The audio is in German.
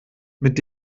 mit